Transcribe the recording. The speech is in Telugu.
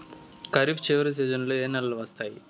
ఖరీఫ్ చివరి సీజన్లలో ఏ నెలలు వస్తాయి?